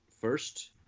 first